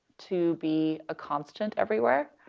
to be a constant everywhere,